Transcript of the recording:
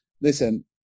listen